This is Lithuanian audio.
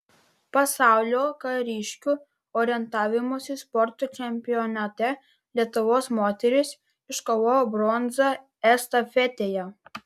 pasaulio kariškių orientavimosi sporto čempionate lietuvos moterys iškovojo bronzą estafetėje